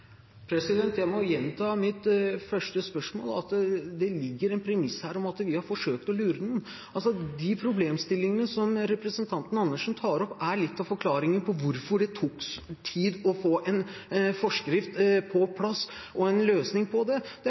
Jeg må gjenta mitt forrige svar, at det ligger et premiss her om at vi har forsøkt å lure noen. De problemstillingene som representanten Andersen tar opp, er litt av forklaringen på hvorfor det tok tid å få en forskrift på plass og en løsning på det. Det